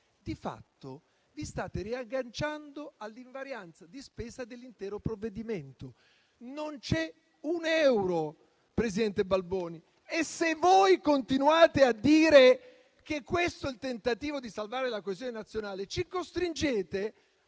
di fatto vi state riagganciando all'invarianza di spesa dell'intero provvedimento. Non c'è un euro, presidente Balboni, e se voi continuate a dire che questo è il tentativo di salvare la questione nazionale, ci costringete